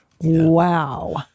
Wow